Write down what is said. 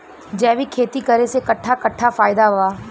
जैविक खेती करे से कट्ठा कट्ठा फायदा बा?